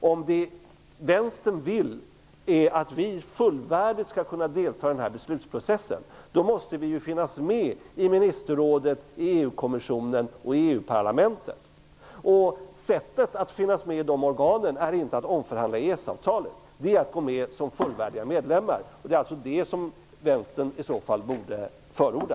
Om Vänstern vill att vi fullvärdigt skall kunna delta i denna beslutsprocess, måste vi finnas med i ministerrådet, i EU kommissionen och i EU-parlamentet. Vägen fram till att komma med i de organen går inte via en omförhandling av EES-avtalet utan är att gå med som fullvärdig medlem. Det är alltså det som Vänstern i så fall borde förorda.